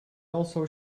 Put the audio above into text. also